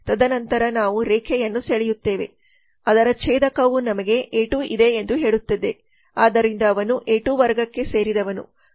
ತದನಂತರ ನಾವು ರೇಖೆಯನ್ನು ಸೆಳೆಯುತ್ತೇವೆ ಅದರ ಛೇದಕವು ನಮಗೆ ಎ 2 ಇದೆ ಎಂದು ಹೇಳುತ್ತದೆ ಆದ್ದರಿಂದ ಅವನು ಎ 2 ವರ್ಗಕ್ಕೆ ಸೇರಿದವನು